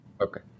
Okay